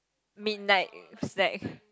midnight snack